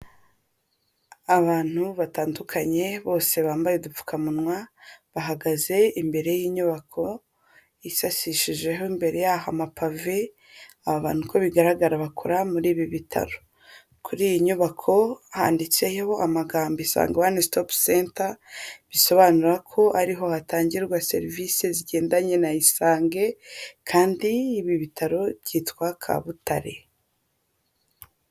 Abantu batandukanye bose bambaye udupfukamunwa, bahagaze imbere y'inyubako yisashishishijeho imbere y'aho amapave, aba abantu uko bigaragara bakora muri ibi bitaro. Kuri iyi nyubako handitseho amagambo Isange one stop center, bisobanura ko ariho hatangirwa serivisi zigendanye na Isange kandi ibi bitaro byitwa Kabutare.